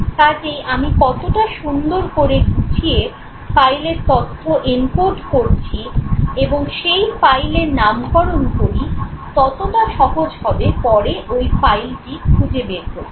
কাজেই আমি কতটা সুন্দর করে গুছিয়ে ফাইলের তথ্য "এনকোড" করছি এবং সেই ফাইলের নামকরণ করি ততটা সহজ হবে পরে ঐ ফাইলটি খুঁজে বের করতে